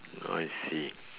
oh I see